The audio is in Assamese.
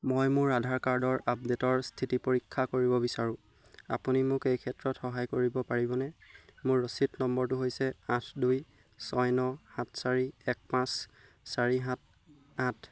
মই মোৰ আধাৰ কাৰ্ডৰ আপডে'টৰ স্থিতি পৰীক্ষা কৰিব বিচাৰোঁ আপুনি মোক এই ক্ষেত্ৰত সহায় কৰিব পাৰিবনে মোৰ ৰচিড নম্বৰটো হৈছে আঠ দুই ছয় ন সাত চাৰি এক পাচঁ চাৰি সাত আঠ